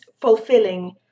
fulfilling